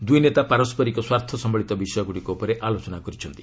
ଦୁଇ ନେତା ପାରସ୍କରିକ ସ୍ୱାର୍ଥ ସମ୍ପଳିତ ବିଷୟଗୁଡ଼ିକ ଉପରେ ଆଲୋଚନା କରିଛନ୍ତି